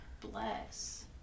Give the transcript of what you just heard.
Bless